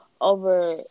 over